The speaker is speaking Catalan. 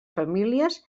famílies